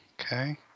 Okay